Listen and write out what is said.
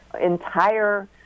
entire